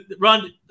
Ron